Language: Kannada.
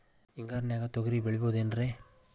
ಹಿಂಗಾರಿನ್ಯಾಗ ತೊಗ್ರಿ ಬೆಳಿಬೊದೇನ್ರೇ?